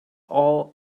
all